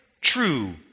true